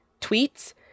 tweets